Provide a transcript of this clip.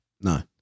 No